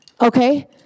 okay